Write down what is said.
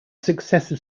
successive